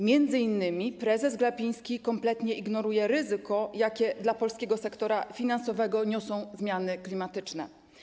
M.in. prezes Glapiński kompletnie ignoruje ryzyko, jakie dla polskiego sektora finansowego niosą zmiany klimatyczne.